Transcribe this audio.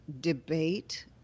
debate